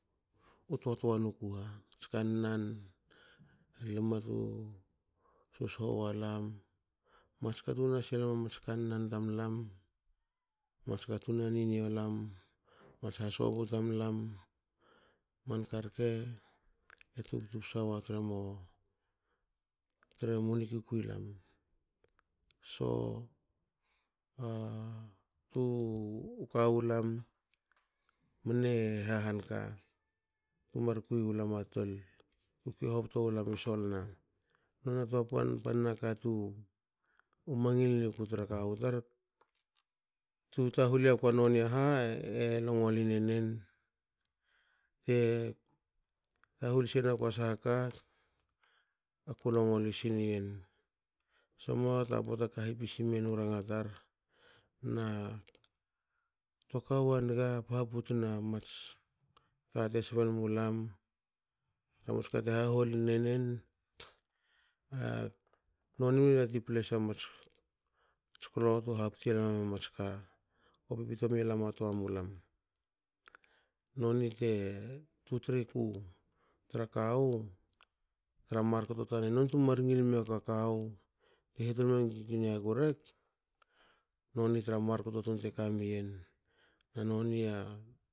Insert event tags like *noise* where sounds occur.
U totua noku mats kannan leme tu susoho walam mats katu nas ilam mats kannan tamlam mats katu nanioilam. mats hasobu tamlam manka reke e tubutu psa tremo tremo nikukui lam so a *hesitation* tu kawu lam mene ha hanka ra tu mar kui wulam tumar kui wulam atol tu kui hoboto mulam i losolna. Nona ka kapan a panna ka tu mangil miaku tra kawu tar tu tahul mi aku a ha e longoli enen te tahul senin aku aka. aku longoli si nien. So moata pota ka hipisi miyen u ranga tar na toa kawu anga hap haputna mats ka te sben mulam na mats ka te haholin enen a *hesitation* noni mene yati ple sena mats klo tu hapti lam mats ka te pipito malam a toa mulam. Nonite tu triku tra kawu tra mar kto tanen nontu mar ngil miakua kawu tra mar kto tun te kamiyen na nonia